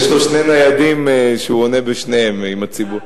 יש לו שני ניידים, שהוא עונה בשניהם, עם הציבור.